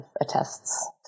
attests